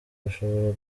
bashobora